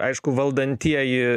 aišku valdantieji